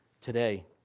today